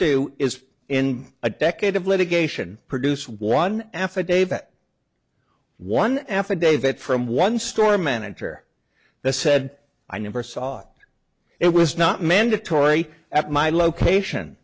do is in a decade of litigation produce one affidavit one affidavit from one store manager that said i never saw it was not mandatory at my location